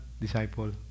disciple